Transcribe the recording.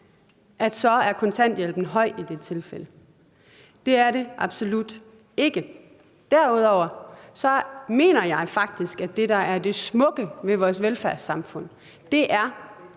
som om kontanthjælpen er høj i det tilfælde. Det er den absolut ikke. Derudover mener jeg faktisk, at det, der er det smukke ved vores velfærdssamfund, er,